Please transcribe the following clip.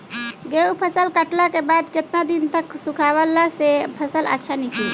गेंहू फसल कटला के बाद केतना दिन तक सुखावला से फसल अच्छा निकली?